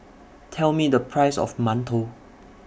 Tell Me The Price of mantou